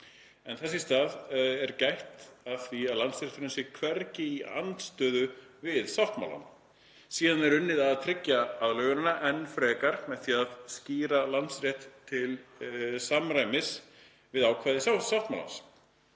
í þess stað er gætt að því að landsrétturinn sé hvergi í andstöðu við sáttmálann. Síðan er unnt að tryggja aðlögunina enn frekar með því að skýra landsrétt til samræmis við ákvæði sáttmálans.